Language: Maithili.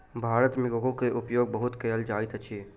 भारत मे कोको के उपयोग बहुत कयल जाइत अछि